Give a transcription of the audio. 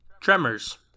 Tremors